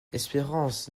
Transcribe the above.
espérance